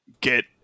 get